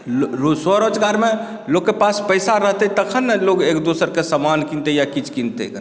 स्वरोजगारमे लोकके पास पैसा रहतै तखन ने लोक एक दोसरके सामान किनतै या किछु किनतै